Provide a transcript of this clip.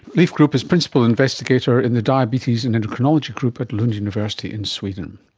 leif groop is principal investigator in the diabetes and endocrinology group at lund university in sweden.